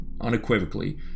unequivocally